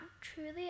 Truly